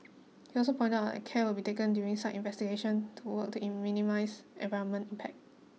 he also pointed out that care will be taken during site investigation toward in minimise environment impact